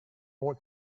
want